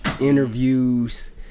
interviews